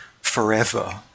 forever